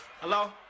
Hello